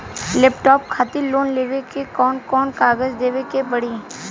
Laptop खातिर loan लेवे ला कौन कौन कागज देवे के पड़ी?